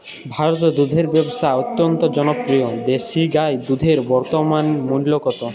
ভারতে দুধের ব্যাবসা অত্যন্ত জনপ্রিয় দেশি গাই দুধের বর্তমান মূল্য কত?